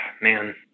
Man